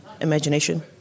imagination